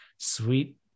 sweet